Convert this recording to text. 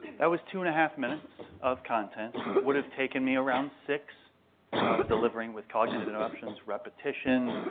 that was two and a half minutes of content. would have taken me around six if i was delivering, with cognitive interruptions, repetition,